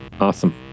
Awesome